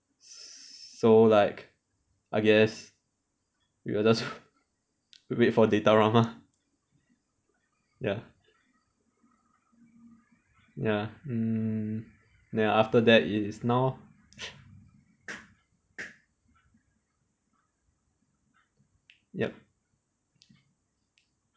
so like I guess we will just wait for datarama ya ya mm ya after that it is now yup